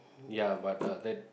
ya but uh that